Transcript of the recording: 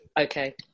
Okay